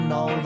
no